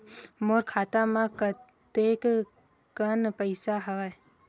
मोर खाता म कतेकन पईसा हवय?